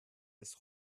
des